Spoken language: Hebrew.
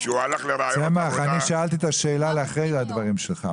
אני שאלתי את השאלה אחרי הדברים שלך.